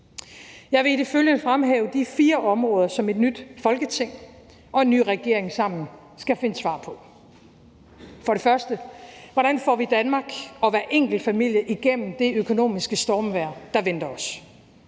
Jeg vil i det følgende fremhæve de fire områder, som et nyt Folketing og en ny regering sammen skal finde svar på. For det første: Hvordan får vi Danmark og hver enkelt familie igennem det økonomiske stormvejr, der venter os?